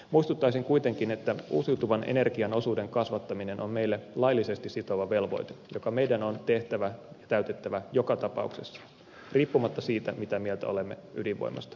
muistuttaisin kuitenkin että uusiutuvan energian osuuden kasvattaminen on meitä laillisesti sitova velvoite joka meidän on tehtävä ja täytettävä joka tapauksessa riippumatta siitä mitä mieltä olemme ydinvoimasta